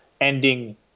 ending